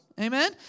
amen